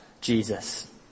Jesus